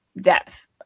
depth